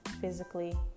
physically